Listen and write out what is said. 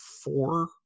four